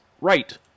Right